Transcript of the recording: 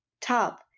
top